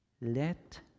Let